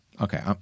Okay